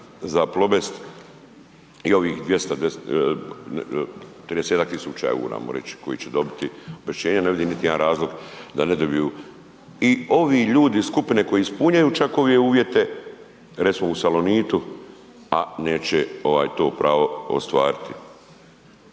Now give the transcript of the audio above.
za Plobest i ovih 200, 30-tak tisuća EUR-a ajmo reć koji će dobiti obeštećenje, ne vidim niti jedan razlog da ne dobiju i ovi ljudi iz skupine koji ispunjaju čak ove uvjete, recimo u Salonitu, a neće to pravo ostvariti.